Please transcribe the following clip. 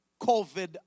COVID